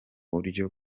buryo